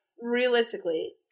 realistically